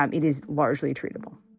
um it is largely treatable